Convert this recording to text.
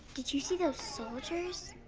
did you see those soldiers?